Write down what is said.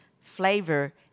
flavor